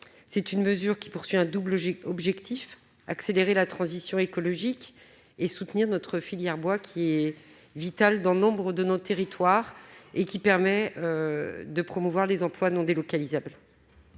Cette mesure se fixe un double objectif : accélérer la transition écologique et soutenir notre filière bois, qui est vitale dans nombre de nos territoires et qui permet de promouvoir les emplois non délocalisables.